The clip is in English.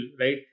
right